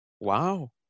Wow